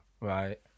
Right